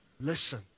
listen